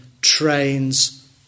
trains